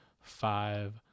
five